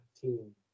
team